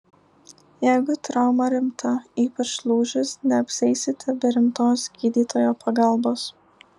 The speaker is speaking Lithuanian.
jeigu trauma rimta ypač lūžis neapsieisite be rimtos gydytojo pagalbos